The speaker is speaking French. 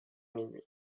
minuit